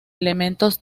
elementos